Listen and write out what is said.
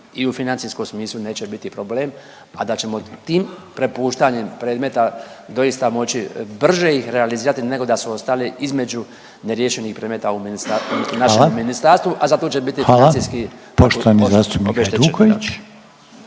i u financijskom smislu neće biti problem, a da ćemo tim prepuštanjem predmeta doista moći brže ih realizirati nego da su ostali između neriješenih predmeta u minista…, našem ministarstvu…/Upadica Reiner: Hvala./…a zato će